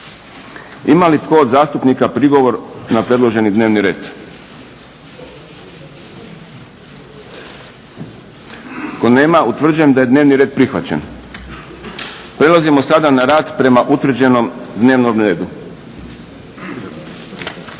Ima li tko od zastupnika prigovor na predloženi dnevni red? Ako nema, utvrđujem da je dnevni red prihvaćen. Prelazimo sada na rad prema utvrđenom dnevnom redu.